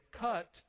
cut